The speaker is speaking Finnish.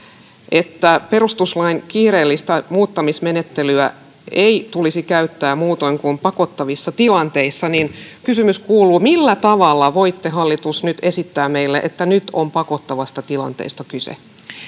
että perustuslain kiireellistä muuttamismenettelyä ei tulisi käyttää muutoin kuin pakottavissa tilanteissa niin millä tavalla voitte hallitus nyt esittää meille että nyt on pakottavasta tilanteesta kyse arvoisa